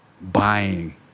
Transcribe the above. buying